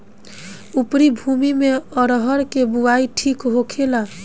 उपरी भूमी में अरहर के बुआई ठीक होखेला?